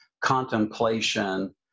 contemplation